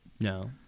No